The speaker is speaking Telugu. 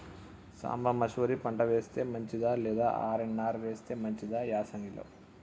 సాంబ మషూరి పంట వేస్తే మంచిదా లేదా ఆర్.ఎన్.ఆర్ వేస్తే మంచిదా యాసంగి లో?